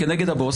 גם כנגד הבוס,